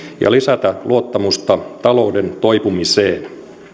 ja lisätä luottamusta talouden toipumiseen